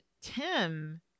Tim